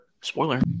Spoiler